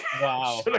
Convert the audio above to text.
Wow